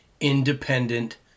independent